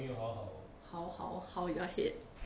you know how how how you ahead